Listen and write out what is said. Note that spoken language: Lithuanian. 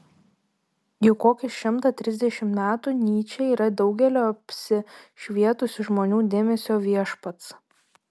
jau kokį šimtą trisdešimt metų nyčė yra daugelio apsišvietusių žmonių dėmesio viešpats